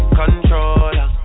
controller